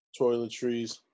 toiletries